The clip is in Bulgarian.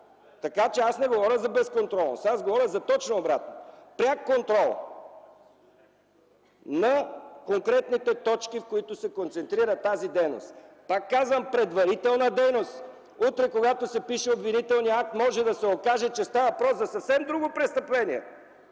Така че аз не говоря за безконтролност! Аз говоря за точно обратното – пряк контрол на конкретните точки, в които се концентрира тази дейност. Аз пак казвам, предварителна дейност! Утре, когато се пише обвинителният акт, може да се окаже, че става въпрос за съвсем друго престъпление